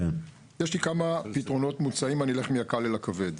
יש לי כמה פתרונות מוצעים, אני אלך מהקל אל הכבד.